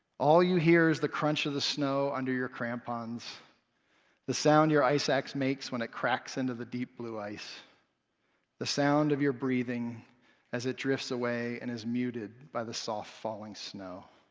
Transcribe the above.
all you hear is the crunch of the snow under your crampons the sound your ice ax makes when it cracks into the deep blue ice the sound of your breathing as it drifts away and is muted by the soft falling snow.